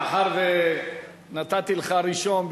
מאחר שנתתי לך ראשון,